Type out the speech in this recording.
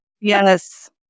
Yes